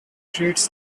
treats